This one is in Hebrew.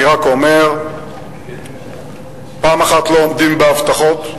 אני רק אומר, לא עומדים בהבטחות,